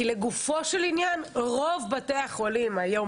כי לגופו של עניין רוב בתי החולים היום